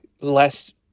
less